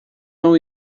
não